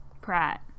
Pratt